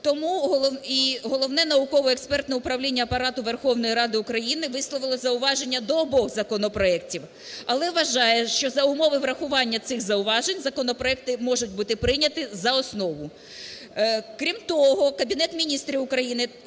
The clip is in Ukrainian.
Тому і Головне науково-експертне управління Апарату Верховної Ради України висловило зауваження до обох законопроектів. Але вважаю, що за умови врахування цих зауважень, законопроекти можуть бути прийняті за основу. Крім того, Кабінет Міністрів України